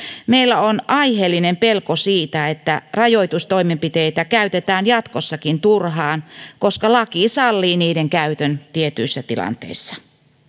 meillä on aiheellinen pelko siitä että rajoitustoimenpiteitä käytetään jatkossakin turhaan koska laki sallii niiden käytön tietyissä tilanteissa